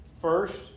first